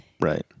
Right